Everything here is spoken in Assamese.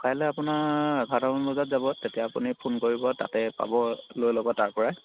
কাইলৈ আপোনাৰ এঘাৰটামান বজাত যাব তেতিয়া আপুনি ফোন কৰিব তাতে পাব লৈ ল'ব তাৰপৰাই